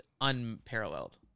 unparalleled